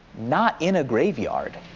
not in a graveyard.